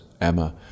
Emma